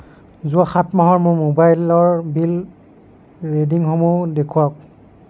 যোৱ সাত মাহৰ মোৰ মোবাইলৰ বিল ৰিডিংসমূহ দেখুৱাওক